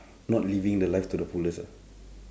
not living the life to the fullest uh